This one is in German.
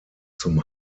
zum